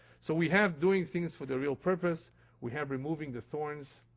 so we have doing things for the real purpose we have removing the thorns.